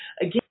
Again